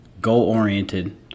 goal-oriented